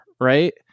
right